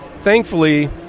Thankfully